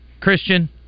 Christian